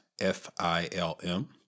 F-I-L-M